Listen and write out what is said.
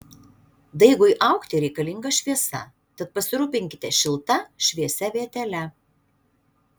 daigui augti reikalinga šviesa tad pasirūpinkite šilta šviesia vietele